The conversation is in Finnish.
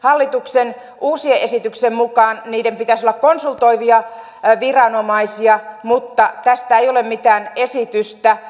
hallituksen uusien esityksien mukaan niiden pitäisi olla konsultoivia viranomaisia mutta tästä ei ole mitään esitystä